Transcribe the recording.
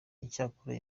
icyakora